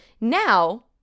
Now